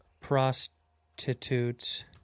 prostitutes